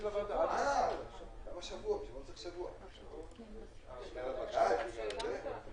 15:08.